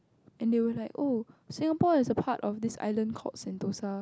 and they were like oh Singapore is part of this island called Sentosa